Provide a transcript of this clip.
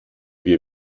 wir